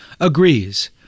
agrees